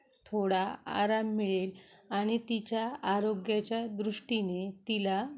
थोडा आराम मिळेल आणि तिच्या आरोग्याच्या दृष्टीने तिला